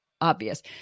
obvious